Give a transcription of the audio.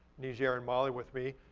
niger and mali with me.